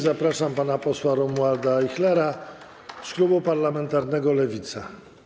Zapraszam pana posła Romualda Ajchlera z klubu parlamentarnego Lewicy.